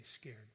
scared